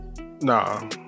Nah